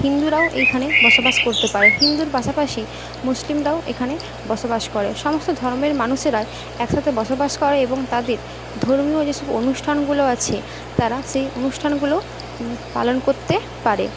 হিন্দুরাও এইখানে বসবাস করতে পারে হিন্দুর পাশাপাশি মুসলিমরাও এখানে বসবাস করে সমস্ত ধর্মের মানুষেরাই একসাথে বসবাস করে এবং তাদের ধর্মীয় যেসব অনুষ্ঠানগুলো আছে তারা সেই অনুষ্ঠানগুলো পালন করতে পারে